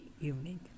Evening